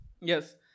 Yes